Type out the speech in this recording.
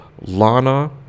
Lana